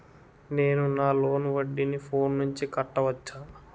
నేను నా లోన్ వడ్డీని ఫోన్ నుంచి కట్టవచ్చా?